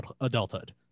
adulthood